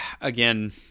again